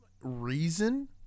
reason